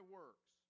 works